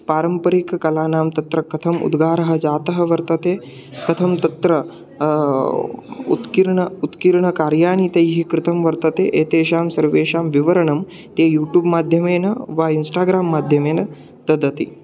पारम्परिककलानां तत्र कथम् उद्गारः जातः वर्तते कथं तत्र उत्कीर्ण उत्कीर्णकार्याणि तैः कृतं वर्तते एतेषां सर्वेषां विवरणं ते यूट्यूब् माध्यमेन वा इन्स्टाग्राम् माध्यमेन ददति